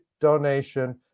donation